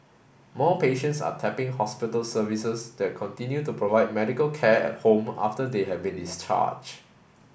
more patients are tapping hospital services that continue to provide medical care at home after they have been discharged